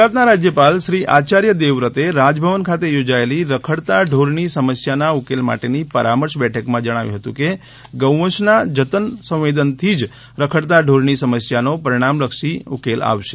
ગુજરાતના રાજ્યપાલ શ્રી આચાર્ય દેવવ્રતે રાજભવન ખાતે યોજાયેલી રખડતા ઢોરની સમસ્યાના ઉકેલ માટેની પરમર્શ બેઠકમાં જણાવ્યું હતું કે ગૌ વંશના જતન સંવેદનથી જ રખડતા ઢોરની સમસ્યાનો પરિણામલક્ષી ઉકેલ આવશે